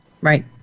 Right